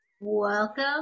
Welcome